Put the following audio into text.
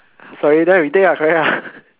sorry then retake ah correct ah